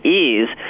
ease